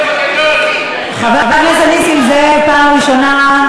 הבלוף הגדול, חבר הכנסת נסים זאב, פעם ראשונה.